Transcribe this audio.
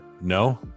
no